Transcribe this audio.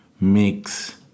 mix